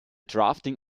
drafting